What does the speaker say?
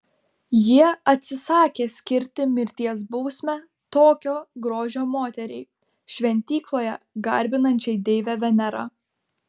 jie atsisakė skirti mirties bausmę tokio grožio moteriai šventykloje garbinančiai deivę venerą